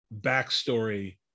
backstory